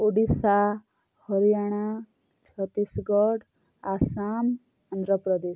Odisha Haryana Chhattisgarh Assam Andhra Pradesh